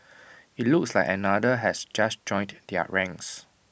IT looks like another has just joined their ranks